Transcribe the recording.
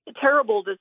terrible